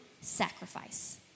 sacrifice